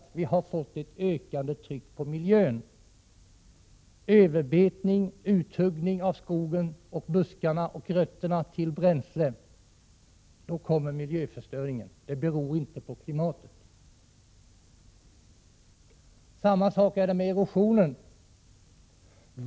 Det har bl.a. lett till ett större tryck på miljön med överbetning samt uthuggning av skogen, buskarna och rötterna för att få bränsle. Miljöförstöringen beror alltså inte på klimatet. Samma sak är det med erosionen.